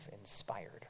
inspired